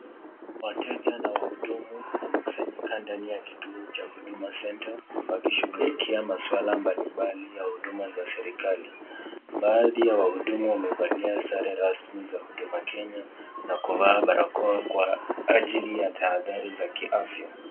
Wateja na wahudumu wamekusanyika ndani ya kituo cha Huduma Centre wakishughulikia maswala mbalimbali ya huduma za serikali. Baadhi ya wahudumu wamevalia sare rasmi za Huduma Kenya na kuvaa barakoa kwa ajili ya tahadhari za kiafya.